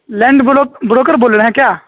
land broker بول رہے ہیں کیا